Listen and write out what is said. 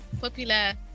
popular